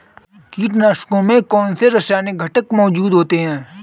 कीटनाशकों में कौनसे रासायनिक घटक मौजूद होते हैं?